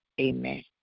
Amen